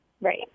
Right